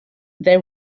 they